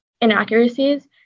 inaccuracies